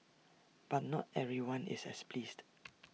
but not everyone is as pleased